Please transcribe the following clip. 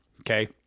Okay